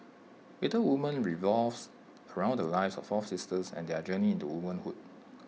Little Women revolves around the lives of four sisters and their journey into womanhood